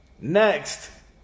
Next